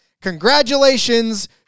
congratulations